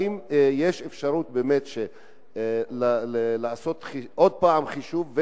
האם יש אפשרות באמת לעשות עוד פעם חישוב,